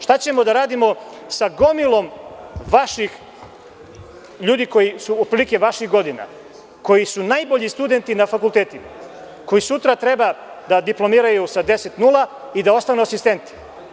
Šta ćemo da radimo sa gomilom vaših ljudi koji su otprilike vaših godina, koji su najbolji studenti na fakultetima, koji sutra treba da diplomiraju sa 10,0 i da ostanu asistenti?